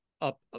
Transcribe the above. up